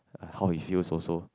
and how he feels also